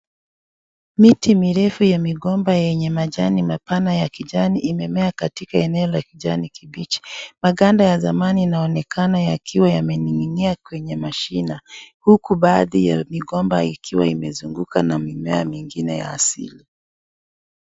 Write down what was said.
miti mirefu yamigomba yenye majani mapana ya kijani imemea katika eneo la kijani kibichi. Maganda ya zamani inaonekana yakiwa yamenng'inia kwenye mashina huku baadhi ya migomba ikiwa imezungukwa na mimea mingine ya asili.